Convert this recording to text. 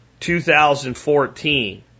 2014